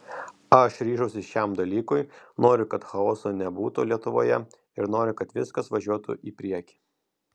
aš ryžausi šiam dalykui noriu kad chaoso nebūtų lietuvoje ir noriu kad viskas važiuotų į priekį